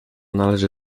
należy